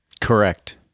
Correct